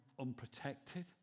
unprotected